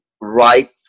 Right